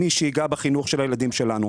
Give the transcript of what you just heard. מי שייגע בחינוך של הילדים שלנו,